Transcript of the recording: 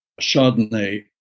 Chardonnay